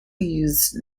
used